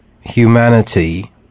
humanity